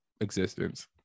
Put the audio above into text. existence